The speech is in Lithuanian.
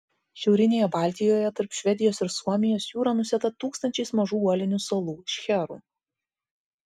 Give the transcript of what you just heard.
šiaurinėje baltijoje tarp švedijos ir suomijos jūra nusėta tūkstančiais mažų uolinių salų šcherų